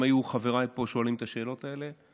אם חבריי היו שואלים את השאלות האלה,